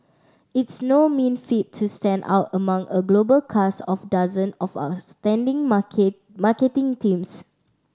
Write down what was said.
it's no mean feat to stand out among a global cast of dozen of outstanding market marketing teams